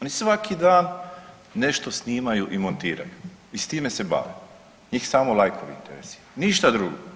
Oni svaki dan nešto snimaju i montiraju i s time se bave, njih samo lajkovi interesiraju, ništa drugo.